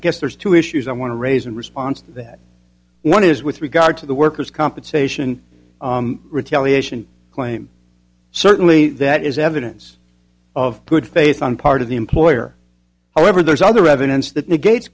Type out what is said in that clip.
guess there's two issues i want to raise in response to that one is with regard to the workers compensation retaliation claim certainly that is evidence of good faith on part of the employer however there is other evidence that negates